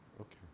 Okay